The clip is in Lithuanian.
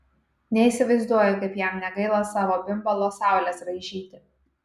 neįsivaizduoju kaip jam negaila savo bimbalo saules raižyti